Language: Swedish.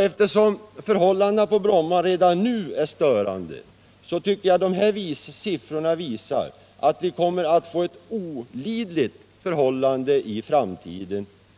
Eftersom förhållandena på Bromma redan nu är störande, visar dessa siffror att de kommer att bli olidliga i framtiden.